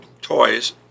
toys